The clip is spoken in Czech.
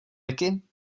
wiki